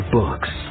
books